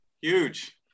huge